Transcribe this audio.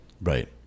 right